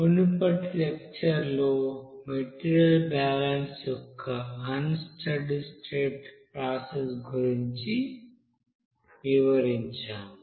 మునుపటి లెక్చర్ లో material balance యొక్క అన్ స్టడీ స్టేట్ ప్రాసెస్ గురించి వివరించాము